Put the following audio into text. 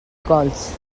cols